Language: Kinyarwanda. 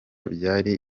byari